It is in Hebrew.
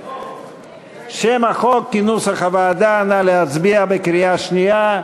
שם החוק כנוסח הוועדה, נא להצביע בקריאה שנייה.